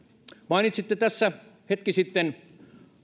mainitsitte tässä hetki sitten